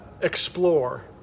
explore